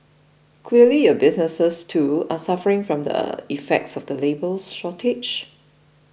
clearly your businesses too are suffering from the effects of the labour's shortage